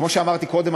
כמו שאמרתי קודם,